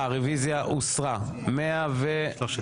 9 נמנעים, אין לא אושר.